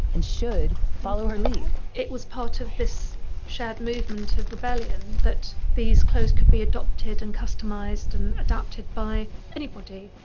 and should, follow her lead it was part of this shared movement of rebellion that these clothes could be adopted and customized and adapted by anybody.